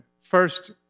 first